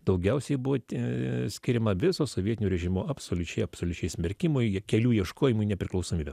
daugiausiai buvo skiriama viso sovietinio režimo absoliučiai absoliučiai smerkimo iki kelių ieškojimų į nepriklausomybę